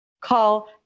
call